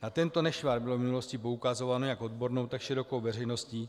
Na tento nešvar bylo v minulosti poukazováno jak odbornou, tak širokou veřejností.